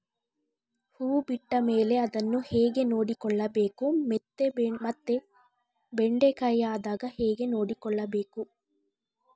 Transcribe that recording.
ಹೂ ಬಿಟ್ಟ ಮೇಲೆ ಅದನ್ನು ಹೇಗೆ ನೋಡಿಕೊಳ್ಳಬೇಕು ಮತ್ತೆ ಬೆಂಡೆ ಕಾಯಿ ಆದಾಗ ಹೇಗೆ ನೋಡಿಕೊಳ್ಳಬೇಕು?